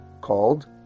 called